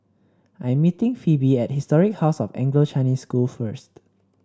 I'm meeting Phoebe at Historic House of Anglo Chinese School first